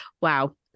wow